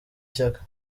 shyaka